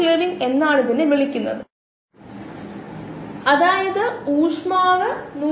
നമുക്ക് ഊർജ്ജം ഉൽപാദിപ്പിക്കുന്ന മറ്റ് മാർഗങ്ങൾ പലതും ഉണ്ടായിരിക്കാം ഊർജ്ജ സ്രോതസ്സ് കാർബൺ ഉറവിടത്തിൽ നിന്ന് വ്യത്യസ്തമായിരിക്കും